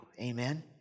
Amen